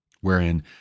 wherein